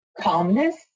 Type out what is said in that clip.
calmness